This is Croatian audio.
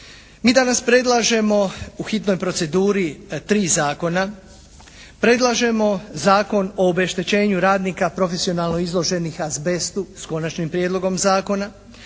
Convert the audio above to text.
Mi danas predlažemo u hitnoj proceduri tri zakona. Predlažemo Zakon o obeštećenju radnika profesionalno izloženih azbestu s Konačnim prijedlogom zakona,